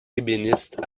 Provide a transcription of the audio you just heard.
ébéniste